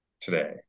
today